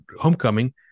homecoming